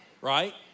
Right